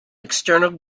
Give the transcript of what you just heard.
external